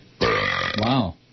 Wow